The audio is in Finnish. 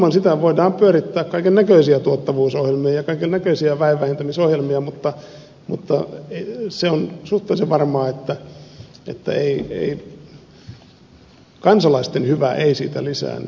ilman sitä voidaan pyörittää kaikennäköisiä tuottavuusohjelmia ja kaikennäköisiä väenvähentämisohjelmia mutta se on suhteellisen varmaa että kansalaisten hyvä ei siitä lisäänny